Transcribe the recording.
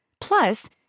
Plus